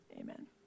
Amen